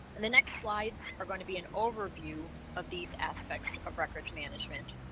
and the next slide are going to be an overview of these aspects of records management